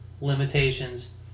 limitations